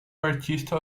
artista